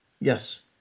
Yes